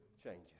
changes